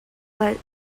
led